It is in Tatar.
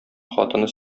хатыны